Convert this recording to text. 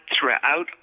throughout